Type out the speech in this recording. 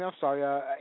sorry